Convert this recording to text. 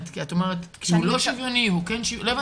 כי את אומרת שהוא לא שוויוני והוא כן שוויוני...